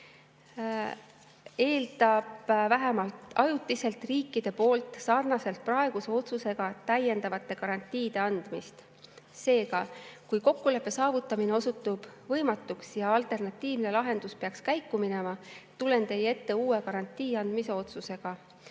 eeldab vähemalt ajutiselt riikidelt sarnaselt praeguse otsusega täiendavate garantiide andmist. Seega, kui kokkuleppe saavutamine osutub võimatuks ja alternatiivne lahendus peaks käiku minema, tulen teie ette uue garantii andmise otsusega.